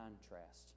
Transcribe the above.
contrast